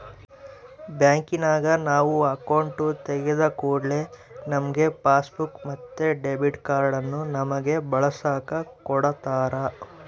ಬ್ಯಾಂಕಿನಗ ನಾವು ಅಕೌಂಟು ತೆಗಿದ ಕೂಡ್ಲೆ ನಮ್ಗೆ ಪಾಸ್ಬುಕ್ ಮತ್ತೆ ಡೆಬಿಟ್ ಕಾರ್ಡನ್ನ ನಮ್ಮಗೆ ಬಳಸಕ ಕೊಡತ್ತಾರ